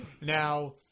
Now